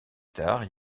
tard